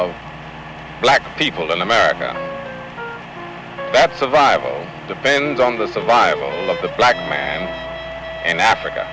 with black people in america that survival depends on the survival of the black man in africa